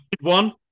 one